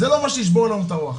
זה לא מה שישבור לנו את הרוח.